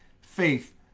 faith